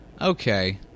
Okay